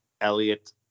Elliot